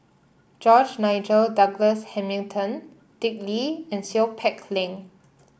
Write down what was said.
George Nigel Douglas Hamilton Dick Lee and Seow Peck Leng